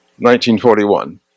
1941